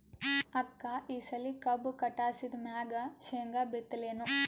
ಅಕ್ಕ ಈ ಸಲಿ ಕಬ್ಬು ಕಟಾಸಿದ್ ಮ್ಯಾಗ, ಶೇಂಗಾ ಬಿತ್ತಲೇನು?